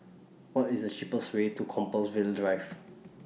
What IS The cheapest Way to Compassvale Drive